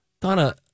Donna